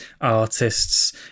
artists